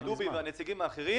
עם דובי ועם נציגים אחרים